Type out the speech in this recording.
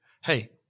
hey